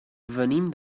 venim